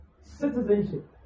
citizenship